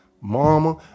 Mama